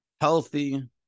healthy